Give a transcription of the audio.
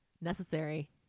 necessary